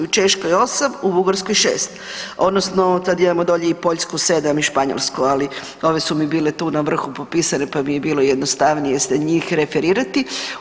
U Češkoj 8, u Bugarskoj 6 odnosno sad imamo dolje Poljsku 7 i Španjolsku, ali ove su mi bile tu na vrhu popisane pa mi je bilo jednostavnije se njih referirati.